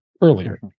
earlier